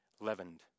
leavened